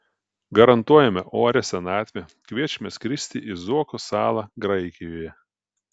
garantuojame orią senatvę kviečiame skristi į zuoko salą graikijoje